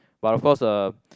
but of course uh